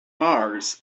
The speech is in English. mars